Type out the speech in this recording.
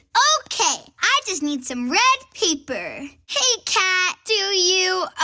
okay, i just need some red paper. hey, cat, do you,